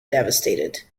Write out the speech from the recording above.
devastated